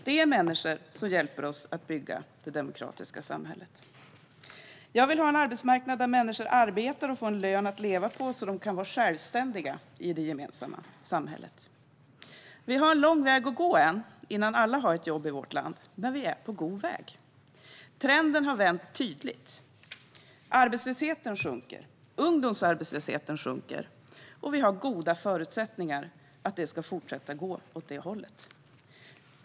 Sådana människor hjälper oss att bygga det demokratiska samhället. Jag vill ha en arbetsmarknad där människor arbetar och får en lön som man kan leva på så att de kan vara självständiga i det gemensamma samhället. Vi har en lång väg att gå innan alla i vårt land har ett jobb, men vi är på god väg. Trenden har vänt tydligt. Arbetslösheten sjunker, ungdomsarbetslösheten sjunker och vi har goda förutsättningar för att det ska fortsätta att gå åt det hållet.